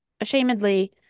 ashamedly